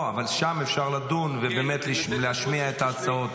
לא, אבל שם אפשר לדון ובאמת להשמיע את ההצעות שלך.